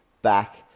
back